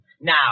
Now